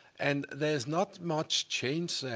and there's not much change there,